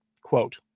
Quote